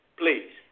please